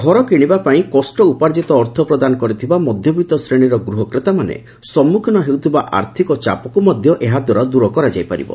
ଘର କିଣିବା ପାଇଁ କଷ୍ଟ ଉପାର୍ଜିତ ଅର୍ଥ ପ୍ରଦାନ କରିଥିବା ମଧ୍ୟବିତ୍ତ ଶ୍ରେଣୀର ଗୃହ କ୍ରେତାମାନେ ସମ୍ମୁଖୀନ ହେଉଥିବା ଆର୍ଥିକ ଚାପକୁ ମଧ୍ୟ ଏହା ଦ୍ୱାରା ଦୂର କରାଯାଇପାରିବ